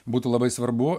būtų labai svarbu